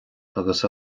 agus